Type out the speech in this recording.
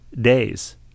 days